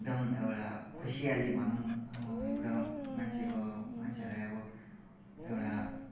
एकदम एउटा खुसियाली भनौँ मान्छेको मान्छेहरूलाई अब एउटा